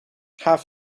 half